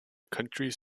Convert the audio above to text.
countries